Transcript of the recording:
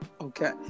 okay